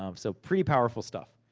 um so, pretty powerful stuff.